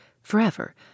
forever